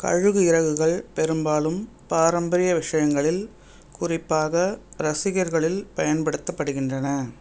கழுகு இறகுகள் பெரும்பாலும் பாரம்பரிய விஷயங்களில் குறிப்பாக ரசிகர்களில் பயன்படுத்தப்படுகின்றன